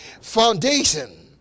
foundation